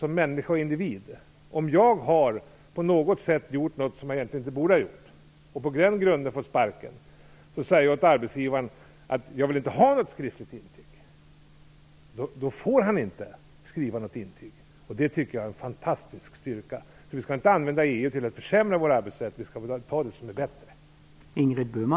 Om man som arbetstagare på något sätt har gjort något som man egentligen inte borde ha gjort och på den grunden har fått sparken kan man säga till arbetsgivaren att man inte vill ha något skriftligt intyg. Då får arbetsgivaren inte skriva något intyg, och det tycker jag är en fantastisk styrka i våra regler. Vi skall inte använda EU för att försämra vår arbetsrätt. Vi skall väl använda de regler som är bäst.